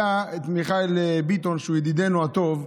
מיכאל ביטון, שהוא ידידנו הטוב,